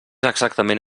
exactament